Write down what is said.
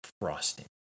frosting